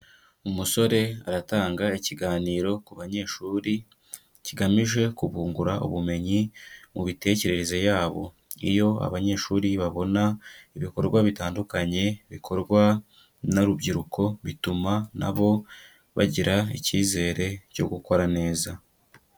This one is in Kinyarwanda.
Umusore aratanga ikiganiro ku banyeshuri, kigamije kubungura ubumenyi mu mitekerereze yabo. Iyo abanyeshuri babona ibikorwa bitandukanye bikorwa n'urubyiruko, bituma na bo bagira icyizere cyo gukora neza.